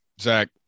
Zach